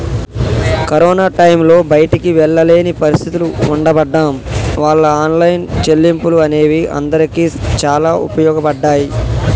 corona టైంలో బయటికి వెళ్ళలేని పరిస్థితులు ఉండబడ్డం వాళ్ళ ఆన్లైన్ చెల్లింపులు అనేవి అందరికీ చాలా ఉపయోగపడ్డాయి